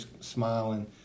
smiling